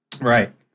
Right